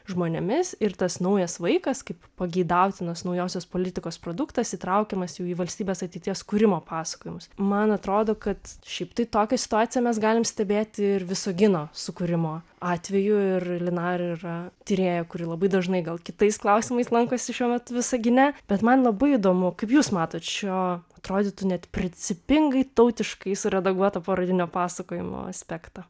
žmonėmis ir tas naujas vaikas kaip pageidautinos naujosios politikos produktas įtraukiamas jau į valstybės ateities kūrimo pasakojimus man atrodo kad šiaip taip tokią situaciją mes galim stebėti ir visagino sukūrimo atveju ir linara yra tyrėja kuri labai dažnai gal kitais klausimais lankosi šiuo metu visagine bet man labai įdomu kaip jūs matot šio atrodytų net principingai tautiškai suredaguoto parodinio pasakojimo aspektą